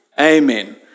Amen